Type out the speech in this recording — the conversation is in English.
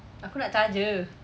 aku nak charger